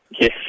yes